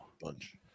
bunch